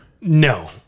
No